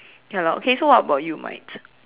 ya lor okay so what about you mate